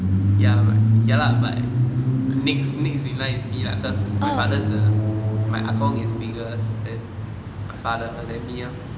ya bu~ ya lah but next next in line is me lah cause my father is the my 阿公 is biggest then my father then me lor